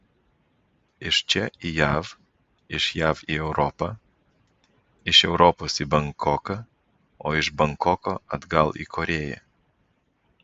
iš čia į jav iš jav į europą iš europos į bankoką o iš bankoko atgal į korėją